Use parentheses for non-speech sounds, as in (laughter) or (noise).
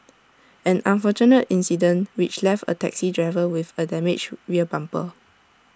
(noise) an unfortunate incident which left A taxi driver with A damaged rear bumper